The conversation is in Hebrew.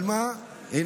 אבל מה, תודה רבה.